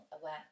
aware